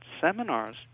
seminars